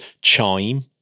Chime